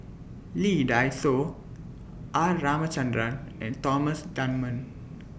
Lee Dai Soh R Ramachandran and Thomas Dunman